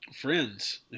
friends